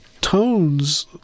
tones